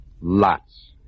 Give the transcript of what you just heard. Lots